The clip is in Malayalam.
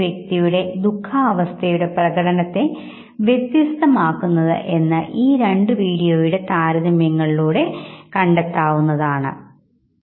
ഇപ്പോൾ ഞങ്ങൾ മുഖഭാവങ്ങൾക്ക് അടിസ്ഥാനമായ പേശികളിലേക്ക് വന്നിരിക്കുന്നു അതിനാൽ അടുത്ത പ്രഭാഷണം മുഖഭാവങ്ങൾക്കും ഭാവ ആവിഷ്കാരത്തിനും നിദാനമായ പേശീവിശകലനത്തെക്കുറിച്ച് മാത്രമായിരിക്കും